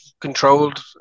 controlled